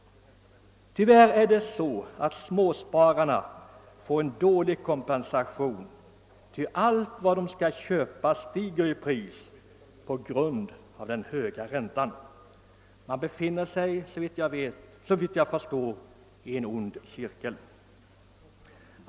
Tyvärr får småspararna en dålig kompensation, ty allt de skall köpa stiger i pris på grund av den höga räntan. Man befinner sig såvitt jag förstår i en ond cirkel.